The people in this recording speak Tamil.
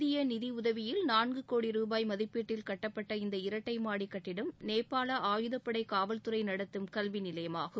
இந்திய நிதி உதவியில் நான்கு கோடி ரூபாய் மதிப்பீட்டில் கட்டப்பட்ட இந்த இரட்டை மாடி கட்டடம் நேபாள ஆயுதப்படை காவல்துறை நடத்தும் கல்வி நிலையமாகும்